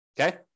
okay